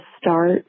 start